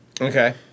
Okay